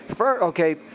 Okay